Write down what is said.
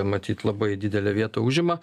matyt labai didelę vietą užima